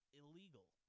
illegal